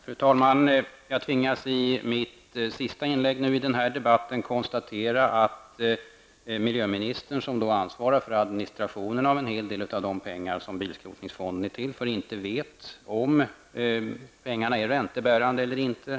Fru talman! Jag tvingas i mitt sista inlägg i den här debatten konstatera att miljöministern, som ansvarar för administrationen av en hel del av de pengar som bilskrotningsfonden är till för, inte vet om pengarna är räntebärande eller inte.